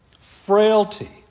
frailty